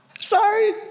Sorry